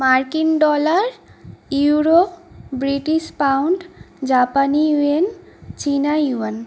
মার্কিন dollar euro British pound জাপানি yen চিনা ইউয়ান